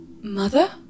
Mother